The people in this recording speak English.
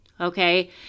Okay